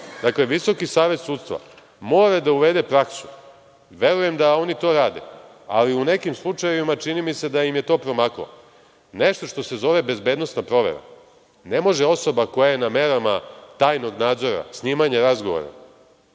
Dakle, Visoki savet sudstva mora da uvede praksu, verujem da oni to rade, ali u nekim slučajevima, čini mi se da im je to promaklo. Nešto što se zove bezbednosna provera. Ne može osoba koja je na merama trajnog nadzora, snimanja razgovora